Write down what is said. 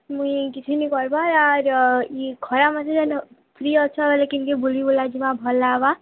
ମୁଇଁ କିଛି ନି କରବାର୍ ଆର୍ ଇ ଖରା ମାସେ ଯେନ୍ ଫ୍ରି ଅଛ ବେଲେ କେନକେ ବୁଲି ବୁଲା ଯିମା ଭଲ୍ ଲାଗବା